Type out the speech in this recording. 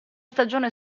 stagione